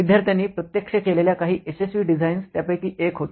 विद्यार्थ्यांनी प्रत्यक्ष केलेल्या काही यशस्वी डिझाईन्स त्यापैकी एक होती